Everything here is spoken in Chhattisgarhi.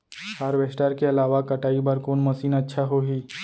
हारवेस्टर के अलावा कटाई बर कोन मशीन अच्छा होही?